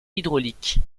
hydraulique